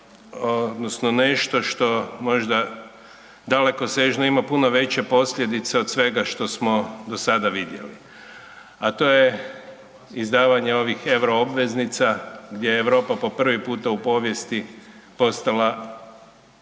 odnosno nešto što možda dalekosežno ima puno veće posljedice od svega što smo do sada vidjeli a to je izdavanje ovih euro obveznica gdje je Europa po prvi puta u povijesti postala